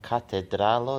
katedralo